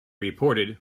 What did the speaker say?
reported